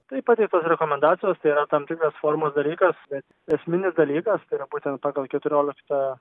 taip pateiktos rekomendacijos tai yra tam tikras formos dalykas bet esminis dalykas tai yra būtent pagal keturioliktą